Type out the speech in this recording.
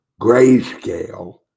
Grayscale